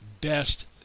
best